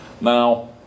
Now